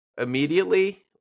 immediately